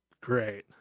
great